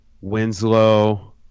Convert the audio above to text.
Winslow